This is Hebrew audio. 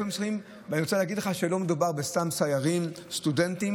אני רוצה להגיד לך שלא מדובר בסתם סיירים סטודנטים,